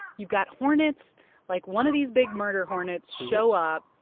you've got hornets like, one of these big murder hornets show up.